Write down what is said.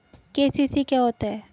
KCC क्या होता है?